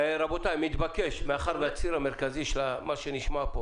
רבותי, מתבקש, מאחר והציר המרכזי של מה שנשמע פה